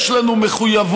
יש לנו מחויבות,